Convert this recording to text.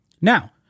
Now